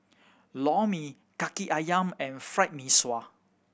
Lor Mee Kaki Ayam and Fried Mee Sua